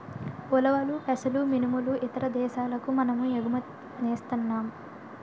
ఉలవలు పెసలు మినుములు ఇతర దేశాలకు మనము ఎగుమతి సేస్తన్నాం